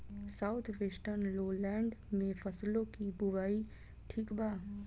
South western lowland में फसलों की बुवाई ठीक बा?